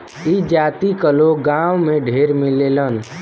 ई जाति क लोग गांव में ढेर मिलेलन